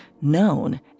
known